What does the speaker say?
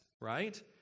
right